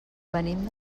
venim